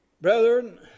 brethren